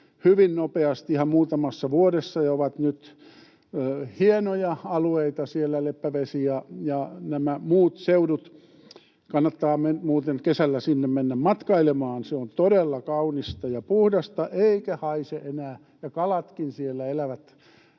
hyvin nopeasti, ihan muutamassa vuodessa, ja ovat nyt hienoja alueita, siellä on Leppävesi ja nämä muut seudut. Kannattaa muuten kesällä mennä sinne matkailemaan, siellä on todella kaunista ja puhdasta eikä haise enää, ja kalatkin siellä elävät